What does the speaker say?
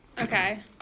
Okay